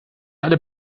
alle